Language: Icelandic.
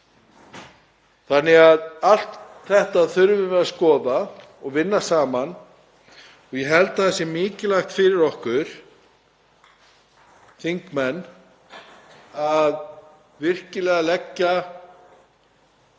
Þannig að allt þetta þurfum við að skoða og vinna saman. Ég held að það sé mikilvægt fyrir okkur þingmenn að virkilega leggja